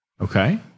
Okay